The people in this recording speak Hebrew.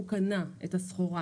הוא קנה את הסחורה,